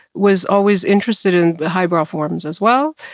was always interested in the highbrow forms as well.